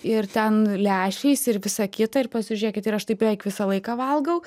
ir ten lęšiais ir visa kita ir pasižiūrėkit ir aš taip beveik visą laiką valgau